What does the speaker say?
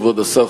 כבוד השר,